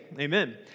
amen